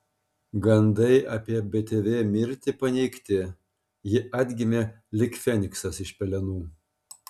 gandai apie btv mirtį paneigti ji atgimė lyg feniksas iš pelenų